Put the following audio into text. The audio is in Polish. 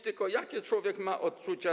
Tylko jakie człowiek sam ma odczucia?